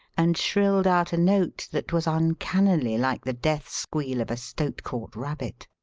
and shrilled out a note that was uncannily like the death squeal of a stoat-caught rabbit.